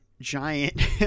giant